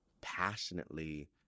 passionately